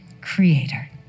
creator